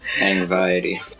Anxiety